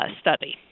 study